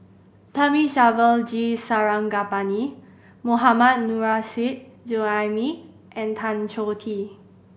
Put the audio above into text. Thamizhavel G Sarangapani Mohammad Nurrasyid Juraimi and Tan Choh Tee